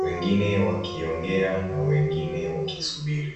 wengine wakiongea na wengine wakisubiri.